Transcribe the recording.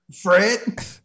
Fred